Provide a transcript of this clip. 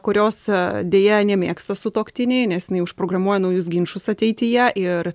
kurios deja nemėgsta sutuoktiniai nes jinai užprogramuoja naujus ginčus ateityje ir